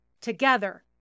Together